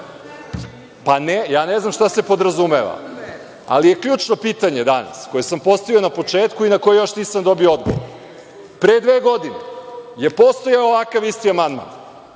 Ne znam šta se podrazumeva. Ali, ključno je pitanje danas, koje sam postavio na početku i na koje još nisam dobio odgovor, pre dve godine je postojao ovakav isti amandman